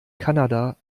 kanada